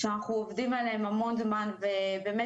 שאנחנו עובדים עליהם המון זמן ובאמת